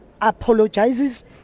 apologizes